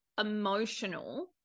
emotional